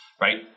right